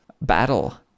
Battle